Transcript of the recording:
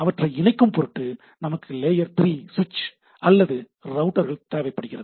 அவற்றை இணைக்கும் பொருட்டு நமக்கு லேயர் 3 சுவிட்ச் அல்லது ரௌட்டர் தேவைப்படுகிறது